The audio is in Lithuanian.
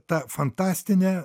ta fantastinė